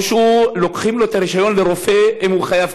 או שלוקחים את הרישיון לרופא אם הוא חייב